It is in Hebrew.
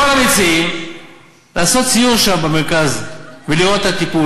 הייתי מציע לכל המציעים לעשות סיור שם במרכז ולראות את הטיפול,